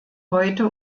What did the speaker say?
heute